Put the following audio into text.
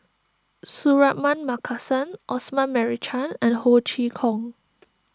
Suratman Markasan Osman Merican and Ho Chee Kong